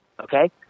okay